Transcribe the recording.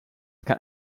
can